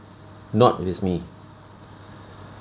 not with me